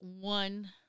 one